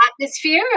atmosphere